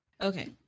Okay